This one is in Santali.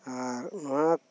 ᱟᱨ ᱚᱱᱟ